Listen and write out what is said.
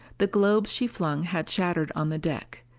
the globes she flung had shattered on the deck.